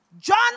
John